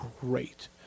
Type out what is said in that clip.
great